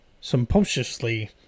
sumptuously